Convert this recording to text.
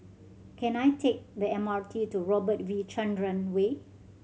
can I take the M R T to Robert V Chandran Way